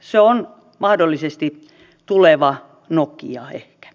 se on mahdollisesti tuleva nokia ehkä